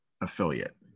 Affiliate